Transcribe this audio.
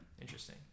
Interesting